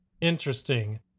interesting